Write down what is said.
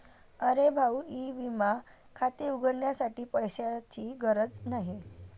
अरे भाऊ ई विमा खाते उघडण्यासाठी पैशांची गरज नाही